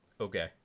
Okay